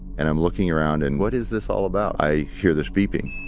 and i'm looking around, and what is this all about? i hear this beeping.